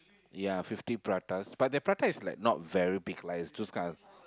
ya fifty pratas but the prata is not like very big is those kind of